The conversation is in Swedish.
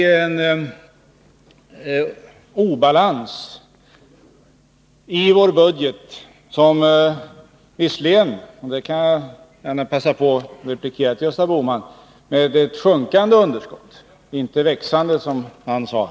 Beträffande budgeten kan jag passa på att replikera till Gösta Bohman att vi har ett sjunkande underskott — inte ett växande, som Gösta Bohman sade.